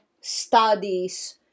studies